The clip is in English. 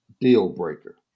deal-breaker